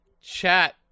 chat